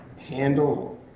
Handle